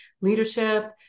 leadership